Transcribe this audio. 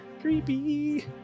creepy